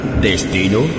Destino